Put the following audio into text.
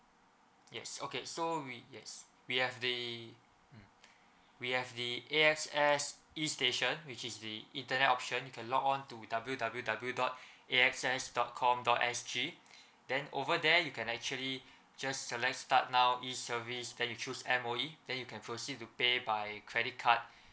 yes okay so we yes we have the mm we have the A_X_S e station which is the internet option you can log on to W_W_W dot A_X_S dot com dot S_G then over there you can actually just select start now e service then you choose M_O_E then you can proceed to pay by credit card